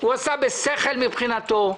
הוא עשה בשכל מבחינתו.